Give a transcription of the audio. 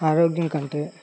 ఆరోగ్యంకంటే